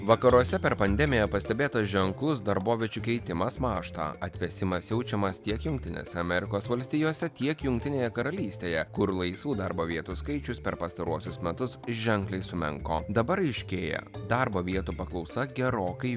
vakaruose per pandemiją pastebėtas ženklus darboviečių keitimas mąžta atvėsimas jaučiamas tiek jungtinėse amerikos valstijose tiek jungtinėje karalystėje kur laisvų darbo vietų skaičius per pastaruosius metus ženkliai sumenko dabar aiškėja darbo vietų paklausa gerokai